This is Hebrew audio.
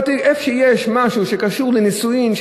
איפה שיש משהו שקשור לנישואין,